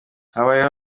habayeho